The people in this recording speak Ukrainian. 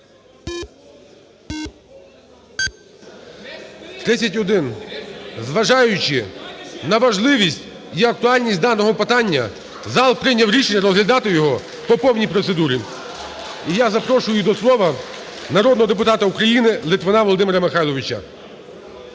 За-31 Зважаючи на важливість і актуальність даного питання, зал прийняв рішення розглядати його по повній процедурі. (Шум у залі) І я запрошую до слова народного депутата України Литвина Володимира Михайловича.